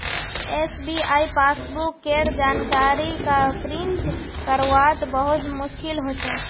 SBI passbook केर जानकारी क प्रिंट करवात बहुत मुस्कील हो छे